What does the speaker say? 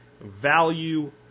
value